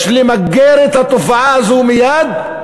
יש למגר את התופעה הזאת מייד,